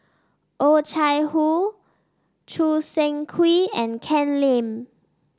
Oh Chai Hoo Choo Seng Quee and Ken Lim